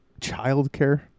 childcare